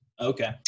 Okay